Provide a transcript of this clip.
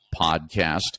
podcast